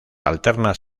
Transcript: alternas